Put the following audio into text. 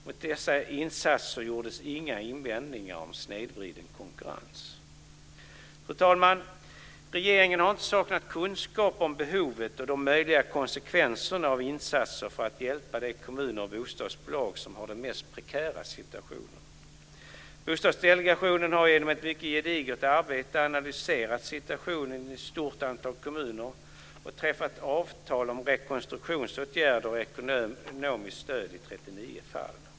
Mot dessa insatser gjordes inga invändningar om snedvriden konkurrens. Fru talman! Regeringen har inte saknat kunskap om behovet och de möjliga konsekvenserna av insatser för att hjälpa de kommuner och bostadsbolag som har den mest prekära situationen. Bostadsdelegationen har genom ett mycket gediget arbete analyserat situationen i ett stort antal kommuner och träffat avtal om rekonstruktionsåtgärder och ekonomiskt stöd i 39 fall.